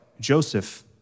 Joseph